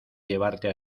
llevarte